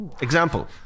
Example